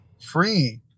free